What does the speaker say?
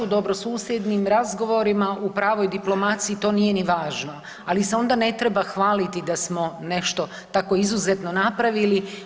U dobro susjednim razgovorima u pravoj diplomaciji to nije ni važno, ali se onda ne treba hvaliti da smo nešto tako izuzetno napravili.